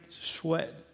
sweat